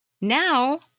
Now